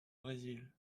brésil